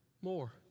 more